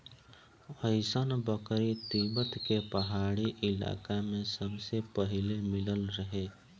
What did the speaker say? अइसन बकरी तिब्बत के पहाड़ी इलाका में सबसे पहिले मिलल रहे